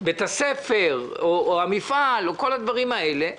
בית הספר, או המפעל, או כל הדברים האלה.